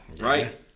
right